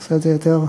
נעשה את זה יותר,